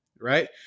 right